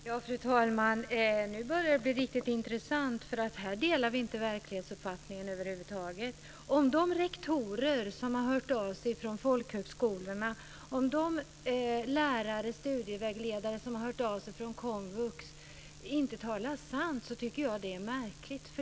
Fru talman! Nu börjar det bli riktigt intressant, för här delar vi inte verklighetsuppfattning över huvud taget. Om de rektorer som har hört av sig från folkhögskolorna och de lärare och studievägledare som har hört av sig från Komvux inte talar sant tycker jag att det är märkligt.